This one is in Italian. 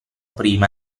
prima